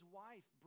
wife